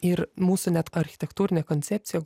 ir mūsų net architektūrinė koncepcija